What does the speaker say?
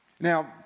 Now